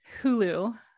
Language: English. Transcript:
Hulu